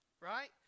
right